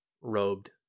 robed